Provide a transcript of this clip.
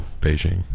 Beijing